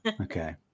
Okay